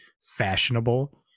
fashionable